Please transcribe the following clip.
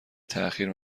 تاخیر